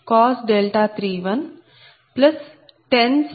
50 311031 0